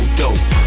dope